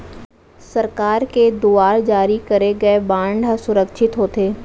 सरकार के दुवार जारी करे गय बांड हर सुरक्छित होथे